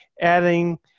adding –